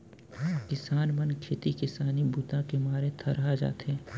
किसान मन खेती किसानी बूता के मारे थरहा जाथे